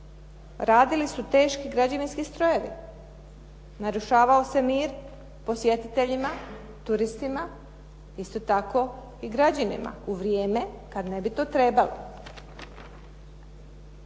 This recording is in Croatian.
Radili su teški građevinski strojevi, narušavao se mir posjetiteljima, turistima, isto tako i građanima u vrijeme kad ne bi to trebalo.